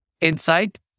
insight